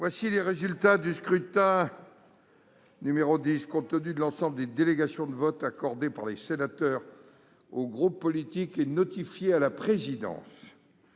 le résultat du scrutin. Voici, compte tenu de l'ensemble des délégations de vote accordées par les sénateurs aux groupes politiques et notifiées à la présidence,